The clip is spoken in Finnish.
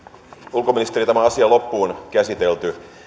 ulkoministeri tämä asia loppuun käsitelty